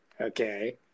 Okay